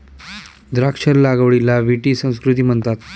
द्राक्ष लागवडीला विटी संस्कृती म्हणतात